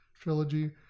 trilogy